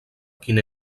quin